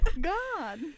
God